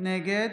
נגד